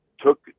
took